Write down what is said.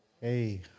Hey